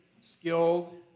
skilled